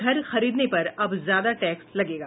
घर खरीदने पर अब ज्यादा टैक्स लगेगा